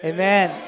Amen